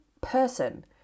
person